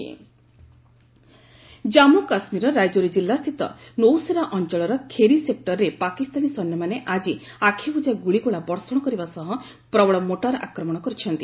ceasefire violation Jammu କାଶ୍ମୀରର ରାଜୌରୀ ଜିଲ୍ଲାସ୍ଥିତ ନୌସେରା ଅଞ୍ଚଳର ଖେରୀ ସେକ୍ଟରରେ ପାକିସ୍ତାନୀ ସୈନ୍ୟମାନେ ଆଜି ଆଖିବୁଜା ଗୁଳିଗୋଳା ବର୍ଷଣ କରିବା ସହ ପ୍ରବଳ ମୋର୍ଟାର ଆକ୍ରମଣ କରିଛନ୍ତି